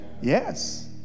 Yes